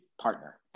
partner